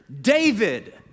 David